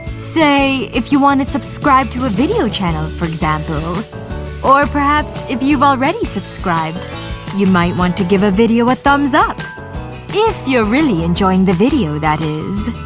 say, if you want to subscribe to a video channel for example or perhaps if you've already subscribed you might want to give a video a thumbs up if you're really enjoying the video, that is.